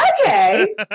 okay